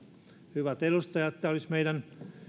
hyvät edustajat meidän tulisi